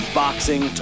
boxing